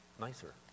nicer